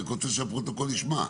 אני רוצה שהפרוטוקול ישמע.